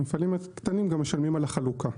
המפעלים הקטנים גם שמשלמים על החלוקה.